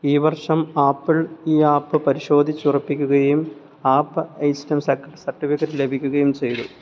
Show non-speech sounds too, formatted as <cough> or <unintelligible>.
ഈ വർഷം ആപ്പിൾ ഈ ആപ്പ് പരിശോധിച്ചുറപ്പിക്കുകയും ആപ്പ് <unintelligible> സർട്ടിഫിക്കറ്റ് ലഭിക്കുകയും ചെയ്തു